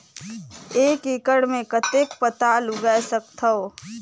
एक एकड़ मे कतेक पताल उगाय सकथव?